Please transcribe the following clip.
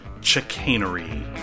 Chicanery